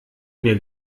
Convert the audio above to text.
mir